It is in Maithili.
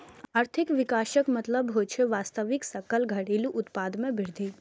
आर्थिक विकासक मतलब होइ छै वास्तविक सकल घरेलू उत्पाद मे वृद्धि